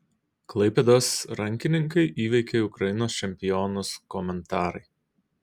klaipėdos rankininkai įveikė ukrainos čempionus komentarai